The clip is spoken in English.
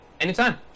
anytime